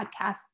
podcasts